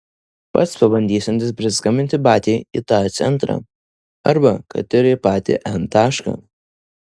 pats pabandysiantis prisiskambinti batiai į tą centrą arba kad ir į patį n tašką